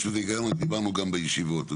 יש בזה הגיון, דיברנו גם בישיבות.